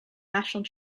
national